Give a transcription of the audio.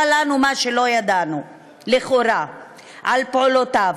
לנו מה שלא ידענו לכאורה על פעולותיו: